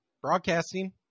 broadcasting